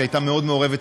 שהייתה מאוד מעורבת,